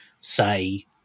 say